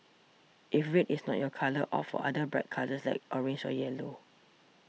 if red is not your colour opt for other bright colours like orange or yellow